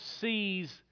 sees